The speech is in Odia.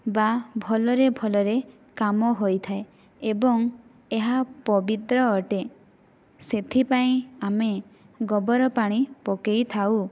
ବା ଭଲରେ ଭଲରେ କାମ ହୋଇଥାଏ ଏବଂ ଏହା ପବିତ୍ର ଅଟେ ସେଥିପାଇଁ ଆମେ ଗୋବର ପାଣି ପକାଇଥାଉ